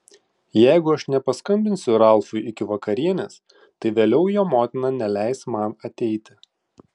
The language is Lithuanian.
jeigu aš nepaskambinsiu ralfui iki vakarienės tai vėliau jo motina neleis man ateiti